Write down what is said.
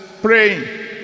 praying